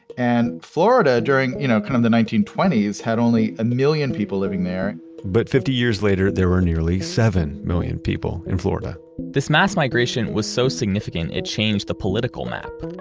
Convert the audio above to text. and florida during, you know, kind of the nineteen twenty s had only a million people living there but fifty years later there were nearly seven million people in florida this mass migration was so significant, it changed the political map.